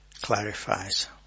clarifies